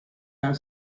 have